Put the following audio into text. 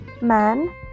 Man